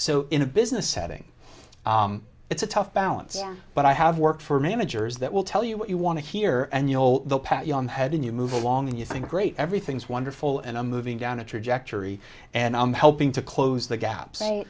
so in a business setting it's a tough balance yeah but i have worked for managers that will tell you what you want to hear and you know the pat you on the head and you move along and you think great everything's wonderful and i'm moving down the trajectory and i'm helping to close the gap say